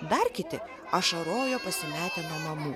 dar kiti ašarojo pasimetę nuo mamų